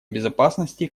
безопасности